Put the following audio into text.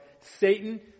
Satan